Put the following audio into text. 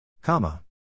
Comma